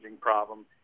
problem